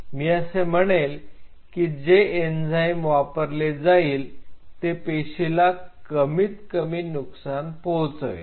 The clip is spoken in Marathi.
मी असे म्हणेल की जे एन्झाईम वापरले जाईल ते पेशीला कमीत कमी नुकसान पोहोचवेल